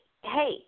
hey